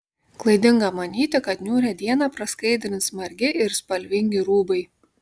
klaidinga manyti kad niūrią dieną praskaidrins margi ir spalvingi rūbai